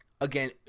again